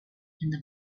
and